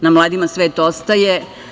Na mladima svet ostaje.